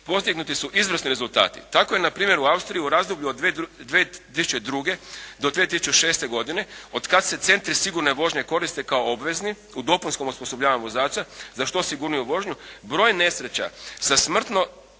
postignuti su izvrni rezultati. Tako je, na primjer u Austriji u razdoblju od 2002. do 2006. godine otkad se centri sigurne vožnje koriste kao obvezni u dopunskom osposobljavanju vozača za što sigurniju vožnju, broj nesreća sa smrtno